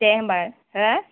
दे होमबा हो